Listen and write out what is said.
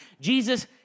Jesus